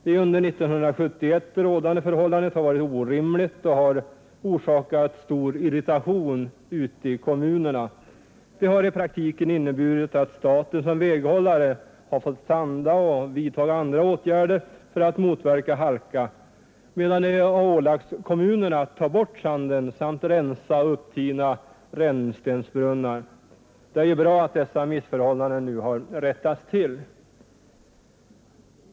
Det under 1971 rådande förhållandet har varit orimligt och har orsakat stor irritation ute i kommunerna. Det har i praktiken inneburit att staten som väghållare har sandat och vidtagit andra åtgärder för att motverka halka, medan det ålagts kommunerna att ta bort sanden samt rensa och tina upp rännstensbrunnar. Det är bra att dessa missförhållanden nu har rättats till.